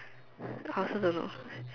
I also don't know